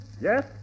Yes